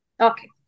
Okay